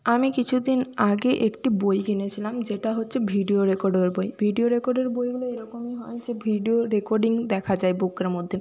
আমি কিছু দিন আগে একটি বই কিনেছিলাম যেটা হচ্ছে ভিডিও রেকর্ডের বই ভিডিও রেকর্ডের বইগুলো এরকমই হয় যে ভিডিও রেকর্ডিং দেখা যায় বুকের মধ্যে